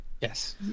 Yes